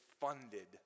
funded